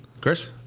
Chris